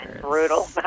brutal